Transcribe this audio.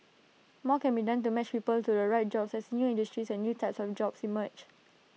more can be done to match people to the right jobs as new industries and new types of jobs emerge